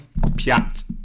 piat